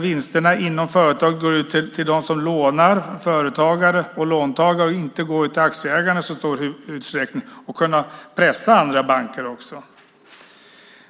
Vinsterna inom företag skulle gå till dem som lånar, företagare och låntagare, och inte till aktieägarna i så stor utsträckning. Det skulle också bli fråga om att pressa andra banker.